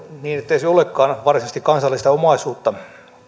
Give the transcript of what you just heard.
niin ettei se olekaan varsinaisesti kansallista omaisuutta